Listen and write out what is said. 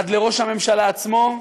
עד לראש הממשלה עצמו,